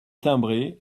timbré